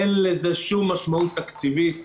אין לזה שום משמעות תקציבית,